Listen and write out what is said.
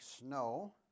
snow